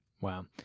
Wow